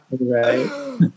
Right